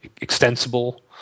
Extensible